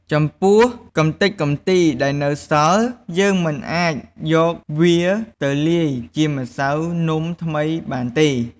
ចំពោះកម្ទេចកម្ទីដែលនៅសល់យើងមិនអាចយកវាទៅលាយជាម្សៅនំថ្មីបានទេ ។